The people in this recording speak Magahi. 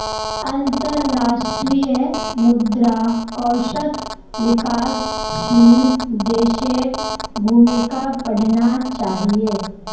अंतर्राष्ट्रीय मुद्रा कोषत विकासशील देशेर भूमिका पढ़ना चाहिए